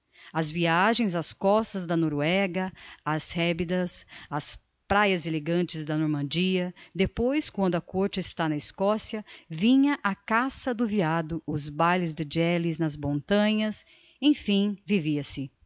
as viagens ás costas da noruega ás hebbidas ás praias elegantes da normandia depois quando a côrte está na escossia vinha a caça do veado os bailes de gellies das montanhas emfim vivia se